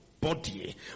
body